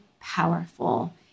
powerful